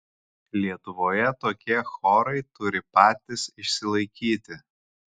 lietuvoje tokie chorai turi patys išsilaikyti